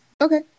okay